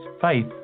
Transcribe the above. faith